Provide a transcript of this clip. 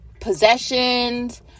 possessions